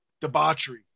Debauchery